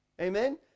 amen